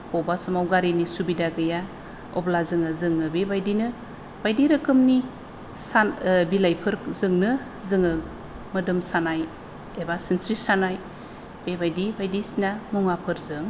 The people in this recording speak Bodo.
बबेबा समाव गारिनि सुबिदा गैया अब्ला जोङो जों बेबायदिनो बायदि रोखोमनि सान बिलाइफोरजोंनो जोङो मोदोम सानाय एबा सिनस्रि सानाय बेबायदि बायदिसिना मुवाफोरजों